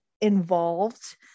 involved